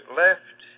left